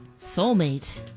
soulmate